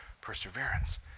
perseverance